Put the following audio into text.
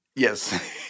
Yes